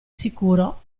sicuro